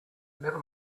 never